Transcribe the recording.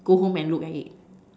go home and look at it